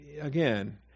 again